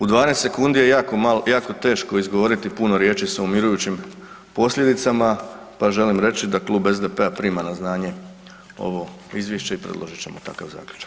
U 12 sekundi je jako teško izgovoriti puno riječi s umirujućim posljedicama pa želim reći da Klub SDP-a prima na znanje ovo izvješće i predložit ćemo takav zaključak.